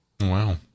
Wow